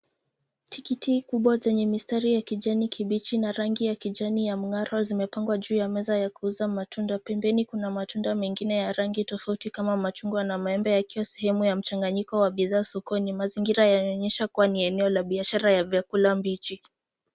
Tikiti kubwa zenye mistari kijani kibichi na rangi ya kijani ya mng'aro zimepangwa juu ya meza ya kuuza matunda. Pembeni kuna matunda mengine ya rangi tofauti kama machungwa na maembe yakiwa sehemu ya mchanganyiko wa bidhaa sokoni. Mazingira yanaonyesha kuwa ni eneo la biashara la vyakula mbichi.